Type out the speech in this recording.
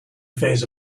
phase